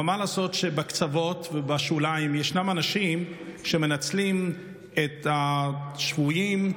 אבל מה לעשות שבקצוות ובשוליים ישנם אנשים שמנצלים את השבויים,